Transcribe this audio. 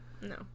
No